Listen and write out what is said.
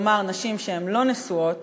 כלומר נשים לא נשואות